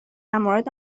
مورد